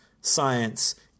science